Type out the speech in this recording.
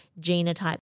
genotype